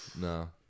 No